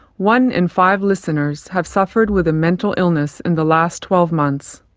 one in five listeners have suffered with a mental illness in the last twelve months.